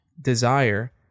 desire